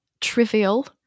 trivial